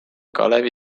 kalevi